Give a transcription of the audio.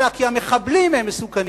אלא כי המחבלים הם מסוכנים,